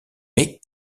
mais